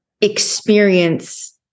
experience